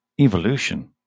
Evolution